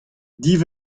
div